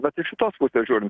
vat iš šitos pusės žiūrint